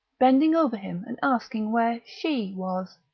bending over him and asking where she was.